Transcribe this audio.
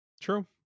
True